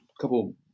couple